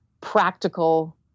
practical